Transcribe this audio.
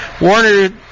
Warner